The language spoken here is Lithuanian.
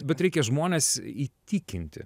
bet reikia žmones įtikinti